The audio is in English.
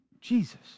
Jesus